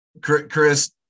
Chris